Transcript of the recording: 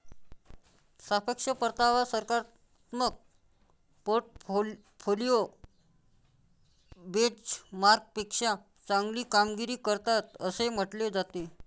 सापेक्ष परतावा सकारात्मक पोर्टफोलिओ बेंचमार्कपेक्षा चांगली कामगिरी करतात असे म्हटले जाते